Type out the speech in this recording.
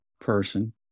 person